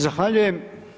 Zahvaljujem.